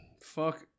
Fuck